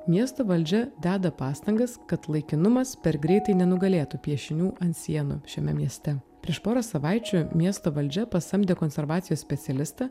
miesto valdžia deda pastangas kad laikinumas per greitai nenugalėtų piešinių ant sienų šiame mieste prieš porą savaičių miesto valdžia pasamdė konservacijos specialistą